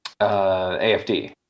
AFD